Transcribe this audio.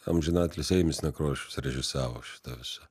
amžinatilsį eimis nekrošius režisavo šitą visą